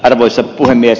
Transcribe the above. arvoisa puhemies